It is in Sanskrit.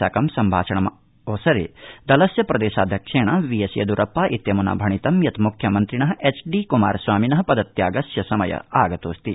आक सम्भाषणावसरे दलस्य प्रदेशाध्यक्षेण वी एस येदियुरप्पा इत्यमुना भणितं यत् मुख्यमन्त्रिण एच डी कुमारस्वामिन पदत्यागस्य समय आगतोऽस्ति